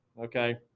okay